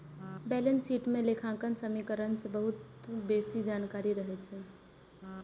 balance sheet मे लेखांकन समीकरण सं बहुत बेसी जानकारी रहै छै